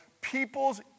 people's